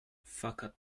fakat